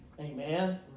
Amen